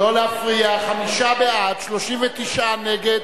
חמישה בעד, 39 נגד,